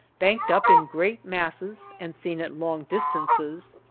banked up in great masses, and seen at long distances,